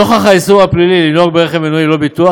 נוכח האיסור הפלילי לנהוג ברכב מנועי ללא ביטוח,